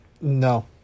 No